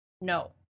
no